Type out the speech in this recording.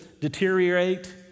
deteriorate